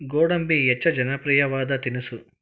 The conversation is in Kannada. ಗೋಡಂಬಿ ಹೆಚ್ಚ ಜನಪ್ರಿಯವಾದ ತಿನಿಸು